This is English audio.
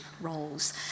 roles